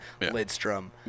Lidstrom